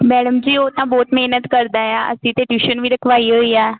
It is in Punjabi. ਮੈਡਮ ਜੀ ਉਹ ਤਾਂ ਬਹੁਤ ਮਿਹਨਤ ਕਰਦਾ ਆ ਅਸੀਂ ਤਾਂ ਟਿਊਸ਼ਨ ਵੀ ਰਖਵਾਈ ਹੋਈ ਆ